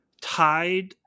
tied